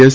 S